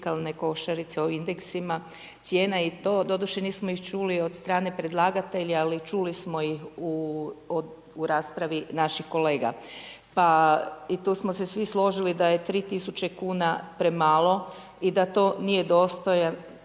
košarice, o indeksima. Cijena je to, doduše nismo ih čuli od strane predlagatelja, ali čuli smo u raspravi naših kolega. Pa i tu smo se svi složili da je 3 tisuće kuna premalo i da to nije dostojan,